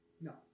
No